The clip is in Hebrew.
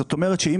זאת אומרת, אם